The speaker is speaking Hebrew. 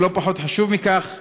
ולא פחות חשוב מכך,